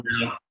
now